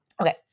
Okay